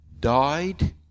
died